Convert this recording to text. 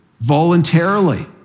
voluntarily